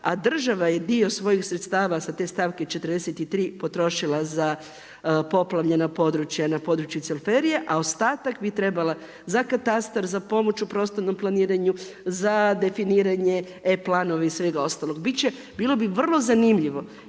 a država je dio svojih sredstava sa te stavke 43 potrošila za poplavljena područja na području cvelferije a ostatak bi trebala za katastar, za pomoć u prostornom planiranju, za definiranje e-planovi i svega ostalog. Bilo bi vrlo zanimljivo